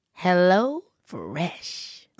HelloFresh